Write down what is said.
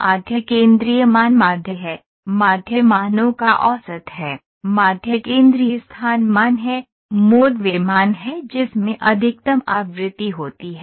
माध्य केंद्रीय मान माध्य है माध्य मानों का औसत है माध्य केंद्रीय स्थान मान है मोड वह मान है जिसमें अधिकतम आवृत्ति होती है